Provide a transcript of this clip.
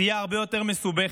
תהיה הרבה יותר מסובכת.